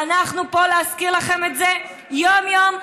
ואנחנו פה להזכיר לכם את זה יום-יום ושבוע-שבוע,